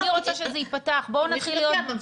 אני רוצה שזה ייפתח, בואו נהיה פרקטיים.